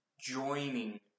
joining